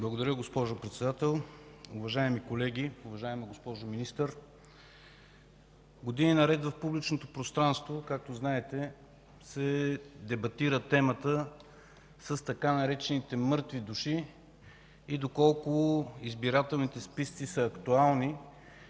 Благодаря, госпожо Председател. Уважаеми колеги, уважаема госпожо Министър, години наред в публичното пространство, както знаете, се дебатира темата с така наречените „мъртви души” – доколко избирателните списъци са актуални